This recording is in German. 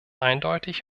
eindeutig